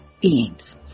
beings